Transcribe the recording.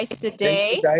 Today